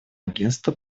агентства